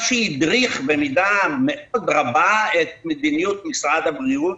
שהדריך במידה רבה מאוד את מדיניות משרד הבריאות,